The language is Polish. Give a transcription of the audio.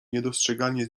niedostrzegalnie